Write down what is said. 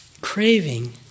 craving